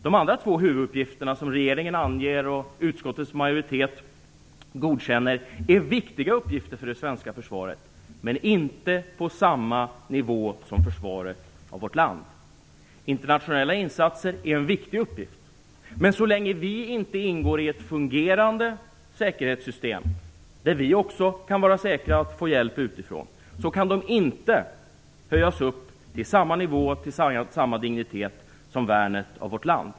De andra två huvuduppgifterna som regeringen anger och som utskottets majoritet godkänner är viktiga uppgifter för det svenska försvaret, men inte på samma nivå som försvaret av vårt land. Internationella insatser är en viktig uppgift. Men så länge som vi inte ingår i ett fungerande säkerhetssystem, där vi också kan vara säkra på att få hjälp utifrån, kan dessa uppgifter inte höjas upp till samma nivå och till samma dignitet som värnet av vårt land.